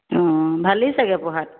অঁ ভালেই চাগে পঢ়াত